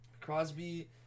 Crosby